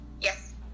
Yes